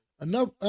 Enough